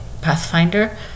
Pathfinder